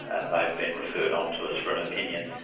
and they've been referred on to us for an opinion,